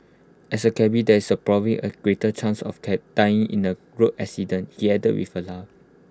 as A cabby there is probably A greater chance of take dying in A road accident he added with A laugh